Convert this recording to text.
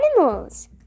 animals